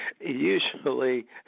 Usually